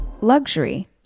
Luxury